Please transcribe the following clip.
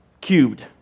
cubed